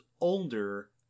older